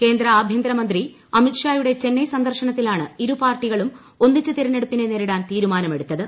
കേന്ദ്ര ആഭ്യന്തരമന്ത്രി അമിത്ഷ്ഠിയുടെ ചെന്നൈ സന്ദർശനത്തിലാണ് ഇരു പാർട്ടികളും ഒന്നിച്ച് തിരഞ്ഞെടുപ്പിനെ നേരിടാൻ തീരുമാനമെടുത്തത്